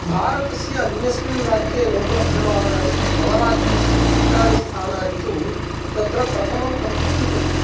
भारतस्य अन्यस्मिन्राज्ये नोपलभ्यमानानि मम राज्यस्य विशिष्टानि स्थानानि तु तत्र प्रथमं भवति तिरुपतिः